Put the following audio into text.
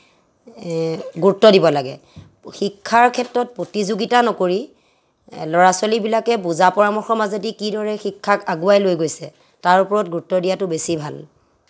গুৰুত্ব দিব লাগে শিক্ষাৰ ক্ষেত্ৰত প্ৰতিযোগিতা নকৰি ল'ৰা ছোৱালীবিলাকে বুজা পৰামৰ্শৰ মাজেদি কি দৰে শিক্ষাক আগোৱাই লৈ গৈছে তাৰ ওপৰত গুৰুত্ব দিয়াটো বেছি ভাল